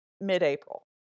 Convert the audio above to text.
mid-April